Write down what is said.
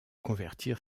convertir